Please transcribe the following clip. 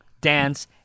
dance